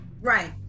right